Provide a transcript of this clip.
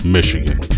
Michigan